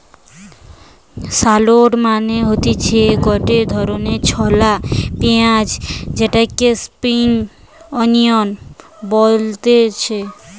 shallot মানে হতিছে গটে ধরণের ছলা পেঁয়াজ যেটাকে স্প্রিং আনিয়ান বলতিছে